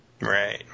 Right